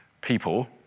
people